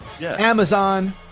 Amazon